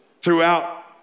throughout